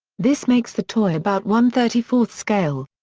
this makes the toy about one thirty four scale.